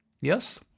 Yes